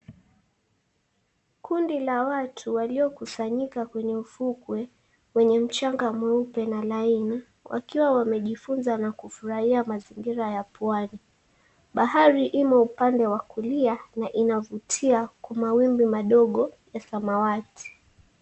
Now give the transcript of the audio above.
Kundi la watu waliokusanyika kwenye ufukwe wenye mchanga mweupe na laini wakiwa wamejifunza na kufurahia mazingira ya pwani. Bahari imo upande wa kulia na inavutia kwa mawimbi madogo ya samawati.